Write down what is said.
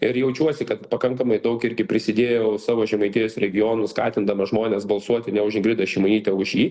ir jaučiuosi kad pakankamai daug irgi prisidėjau savo žemaitijos regionu skatindamas žmones balsuoti ne už ingridą šimonytę o už jį